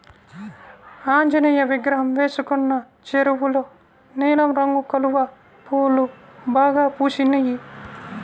ఆంజనేయ విగ్రహం వెనకున్న చెరువులో నీలం రంగు కలువ పూలు బాగా పూసినియ్